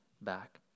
back